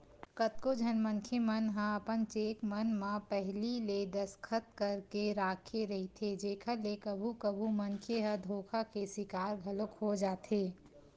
कतको झन मनखे मन ह अपन चेक मन म पहिली ले दस्खत करके राखे रहिथे जेखर ले कभू कभू मनखे ह धोखा के सिकार घलोक हो जाथे